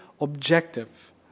objective